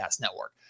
Network